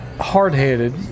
hard-headed